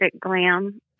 glam